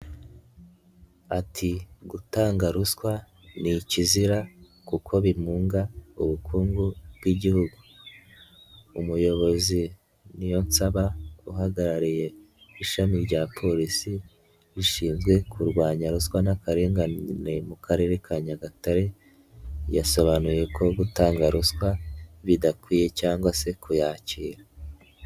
"Ati gutanga ruswa ni ikizira kuko bimunga ubukungu bw'igihugu". Umuyobozi niyonsaba uhagarariye ishami rya polisi ushinzwe kurwanya ruswa n'akarengane mu Karere ka Nyagatare yasobanuye ko gutanga ruswa bidakwiye cyangwa se kuyakira.